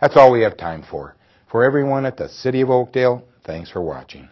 that's all we have time for for everyone at the city of oakdale thanks for watching